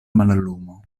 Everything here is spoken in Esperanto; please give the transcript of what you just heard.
mallumo